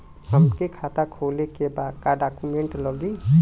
हमके खाता खोले के बा का डॉक्यूमेंट लगी?